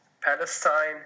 Palestine